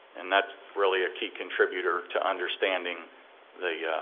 and that's really a key contributor to understanding the